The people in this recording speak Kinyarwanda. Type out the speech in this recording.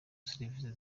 serivisi